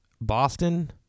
boston